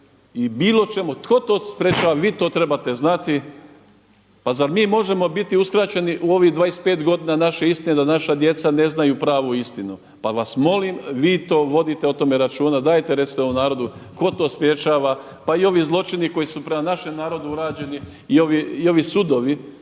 i bilo čemu tko to sprečava? Vi to trebate znati. Pa zar mi možemo biti uskraćeni u ovih 25 godina naše istine da naša djeca ne znaju pravu istinu? Pa vas molim vi to vodite računa dajete recite ovom narodu tko to sprečava? Pa i ovi zločini koji su prema našem narodu urađeni i ovi sudovi